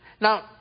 Now